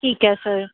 ਠੀਕ ਹੈ ਸਰ